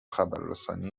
خبررسانی